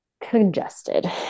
congested